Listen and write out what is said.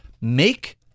Make